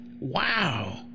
Wow